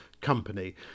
company